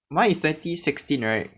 mine is twenty sixteen right